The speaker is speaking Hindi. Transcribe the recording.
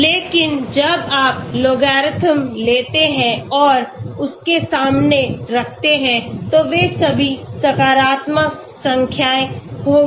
लेकिन जब आप logarithm लेते हैं और उसके सामने रखते हैं तो वे सभी सकारात्मक संख्याएँ होंगी